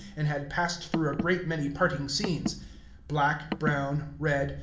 and had passed through a great many parting scenes black, brown, red,